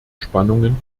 spannungen